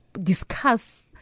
discuss